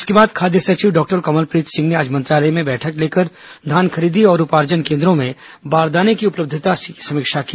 इसके बाद खाद्य सचिव डॉक्टर कमलप्रीत सिंह ने आज मंत्रालय में बैठक लेकर धान खरीदी और उपार्जन केन्द्रों में बारदाने की उपलब्धता की समीक्षा की